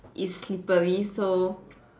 it's slippery so